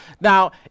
Now